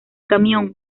camión